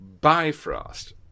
Bifrost